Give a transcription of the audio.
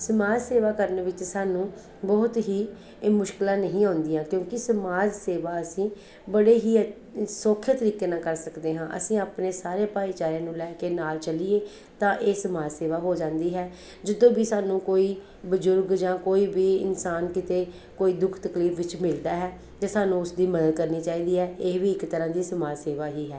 ਸਮਾਜ ਸੇਵਾ ਕਰਨ ਵਿੱਚ ਸਾਨੂੰ ਬਹੁਤ ਹੀ ਇਹ ਮੁਸ਼ਕਿਲਾਂ ਨਹੀਂ ਆਉਂਦੀਆਂ ਕਿਉਂਕਿ ਸਮਾਜ ਸੇਵਾ ਅਸੀਂ ਬੜੇ ਹੀ ਸੌਖੇ ਤਰੀਕੇ ਨਾਲ ਕਰ ਸਕਦੇ ਹਾਂ ਅਸੀਂ ਆਪਣੇ ਸਾਰੇ ਭਾਈਚਾਰੇ ਨੂੰ ਲੈ ਕੇ ਨਾਲ ਚੱਲੀਏ ਤਾਂ ਇਹ ਸਮਾਜ ਸੇਵਾ ਹੋ ਜਾਂਦੀ ਹੈ ਜਦੋਂ ਵੀ ਸਾਨੂੰ ਕੋਈ ਬਜ਼ੁਰਗ ਜਾਂ ਕੋਈ ਵੀ ਇਨਸਾਨ ਕਿਤੇ ਕੋਈ ਦੁੱਖ ਤਕਲੀਫ ਵਿੱਚ ਮਿਲਦਾ ਹੈ ਅਤੇ ਸਾਨੂੰ ਉਸਦੀ ਮਦਦ ਕਰਨੀ ਚਾਹੀਦੀ ਹੈ ਇਹ ਵੀ ਇੱਕ ਤਰ੍ਹਾਂ ਦੀ ਸਮਾਜ ਸੇਵਾ ਹੀ ਹੈ